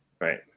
right